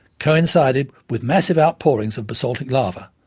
coincided with massive outpourings of basaltic lava,